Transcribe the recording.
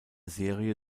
serie